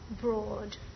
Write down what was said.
broad